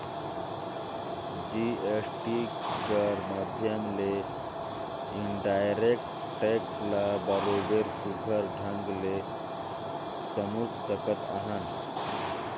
GST कर माध्यम ले इनडायरेक्ट टेक्स ल बरोबेर सुग्घर ढंग ले समुझ सकत अहन